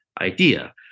idea